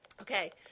Okay